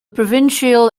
provincial